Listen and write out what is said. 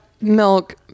milk